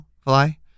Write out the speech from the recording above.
fly